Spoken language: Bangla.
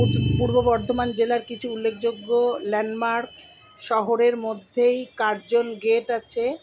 পূর্ব বর্ধমান জেলার কিছু উল্লেখযোগ্য ল্যান্ডমার্ক শহরের মধ্যেই কার্জন গেট আছে